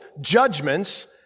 judgments